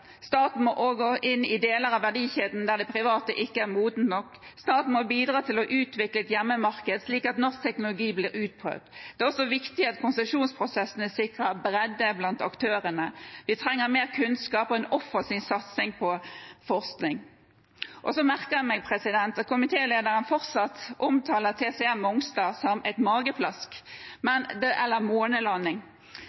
Staten må også gå inn i deler av verdikjeden der det private ikke er modent nok. Og staten må bidra til å utvikle et hjemmemarked, slik at norsk teknologi blir utprøvd. Det er også viktig at konsesjonsprosessene sikrer bredde blant aktørene. Vi trenger mer kunnskap og en offensiv satsing på forskning. Så merker jeg meg at komitélederen fortsatt omtaler TCM, Technology Centre Mongstad, som et mageplask